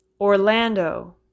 Orlando